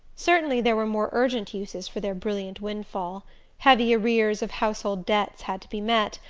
certainly there were more urgent uses for their brilliant wind-fall heavy arrears of household debts had to be met,